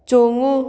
ꯆꯣꯡꯉꯨ